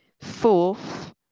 Fourth